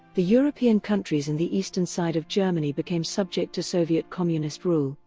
the european countries in the eastern side of germany became subject to soviet-communist rule,